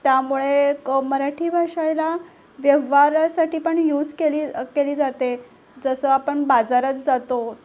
त्यामुळे क् मराठी भाषयला व्यवहारासाठी पण युज केली केली जाते जसं आपण बाजारात जातो